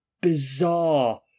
bizarre